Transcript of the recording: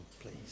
please